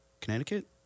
Connecticut